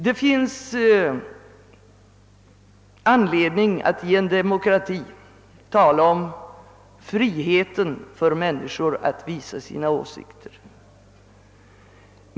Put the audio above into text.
Det finns anledning att i en demokrati tala om friheten för människor att framföra sina åsikter.